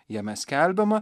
jame skelbiama